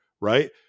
right